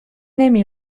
نمی